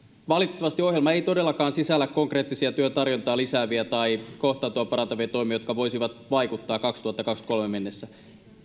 valitettavasti ohjelma ei todellakaan sisällä konkreettisia työtarjontaa lisääviä tai kohtaantoa parantavia toimia jotka voisivat vaikuttaa vuoteen kaksituhattakaksikymmentäkolme mennessä